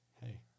hey